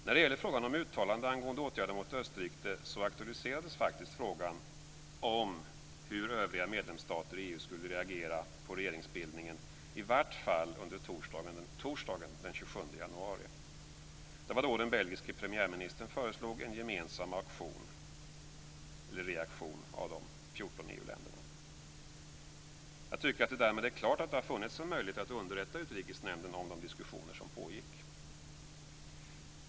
När det gäller frågan om ett uttalande angående åtgärder mot Österrike aktualiserades faktiskt frågan om hur övriga medlemsstater i EU skulle reagera på regeringsbildningen i vart fall under torsdagen den 27 januari. Det var då den belgiske premiärministern föreslog en gemensam reaktion av de 14 EU länderna. Jag tycker att det därmed är klart att det har funnits en möjlighet att underrätta Utrikesnämnden om de diskussioner som pågick.